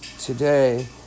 Today